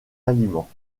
aliments